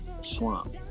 Swamp